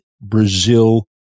Brazil